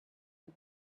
and